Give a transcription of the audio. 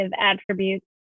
attributes